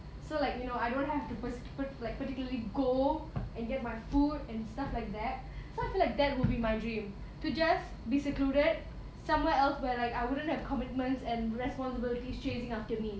so like you know I don't have to pers~ like particularly go and get my food and stuff like that so I feel like that will be my dream to just be secluded somewhere else where like I wouldn't have commitments and responsibilities chasing after me